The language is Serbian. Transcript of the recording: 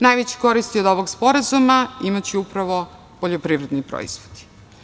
Najveće koristi od ovog sporazuma imaće upravo poljoprivredni proizvodi.